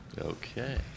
Okay